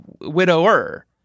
widower